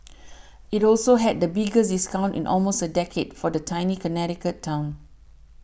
it also had the biggest discounts in almost a decade for the Tony Connecticut town